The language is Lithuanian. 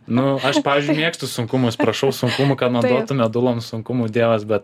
nu aš pavyzdžiui mėgstu sunkumus prašau sunkumų kad ma duotų sunkumų meduloms dievas bet